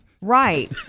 Right